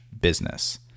business